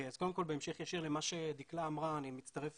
קודם כל בהמשך ישיר למה שדקלה אמרה, אני מצטרף